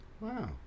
Wow